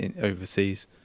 overseas